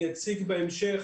אני אציג בהמשך